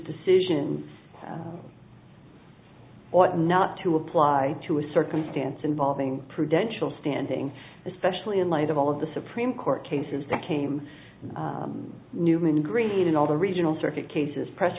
decision ought not to apply to a circumstance involving prudential standing especially in light of all of the supreme court cases that came new and greed in all the regional circuit cases press